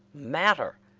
matter!